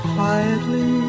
Quietly